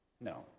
No